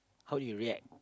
how you react